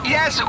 Yes